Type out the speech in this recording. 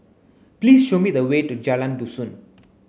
please show me the way to Jalan Dusun